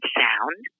sound